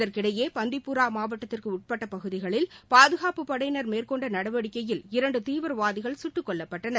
இதற்கிடையே பந்திப்புரா மாவட்டத்திற்கு உட்பட்ட பகுதிகளில் பாதுகாப்புப் படையினர் மேற்கொண்ட நடவடிக்கையில் இரண்டு தீவிரவாதிகள் சுட்டுக் கொல்லப்பட்டனர்